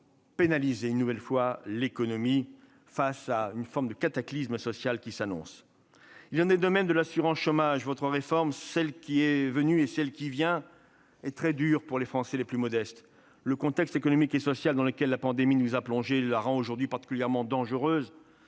pas pénaliser une nouvelle fois l'économie face à une forme de cataclysme social qui s'annonce. Il en est de même de l'assurance chômage : votre réforme, celle qui est venue et celle qui vient, est très dure pour les Français les plus modestes. Le contexte économique et social dans lequel la pandémie nous a plongés la rend aujourd'hui particulièrement dangereuse.